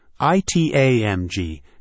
ITAMG